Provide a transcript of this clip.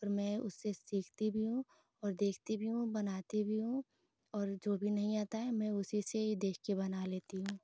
और मैं उससे सिखती भी हूँ और देखती भी हूँ बनाती भी हूँ और जो भी नहीं आता है मैं उसी से ही देख कर बना लेती हूँ